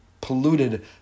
polluted